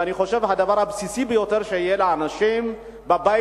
אני חושב שהדבר הבסיסי ביותר שיהיה לאנשים בבית,